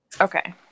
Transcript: Okay